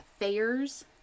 affairs